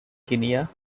guinea